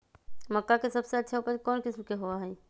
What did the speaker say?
मक्का के सबसे अच्छा उपज कौन किस्म के होअ ह?